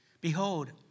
Behold